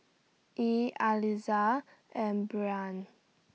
Yee Aliza and Breann